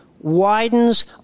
widens